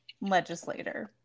legislator